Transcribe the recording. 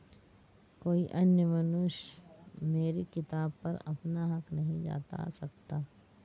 कोई अन्य मनुष्य मेरी किताब पर अपना हक नहीं जता सकता